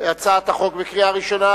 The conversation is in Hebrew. הצעת החוק בקריאה ראשונה,